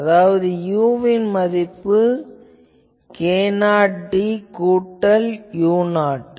அதாவது u - வின் மதிப்பு k0d கூட்டல் u0 ஆகும்